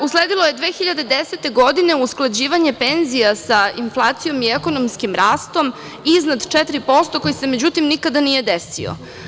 Usledilo je 2010. godine usklađivanje penzija sa inflacijom i ekonomskim rastom iznad 4% koji se, međutim, nikada nije desio.